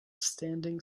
standing